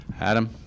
Adam